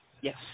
yes